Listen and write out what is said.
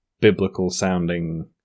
biblical-sounding